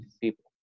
people